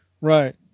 Right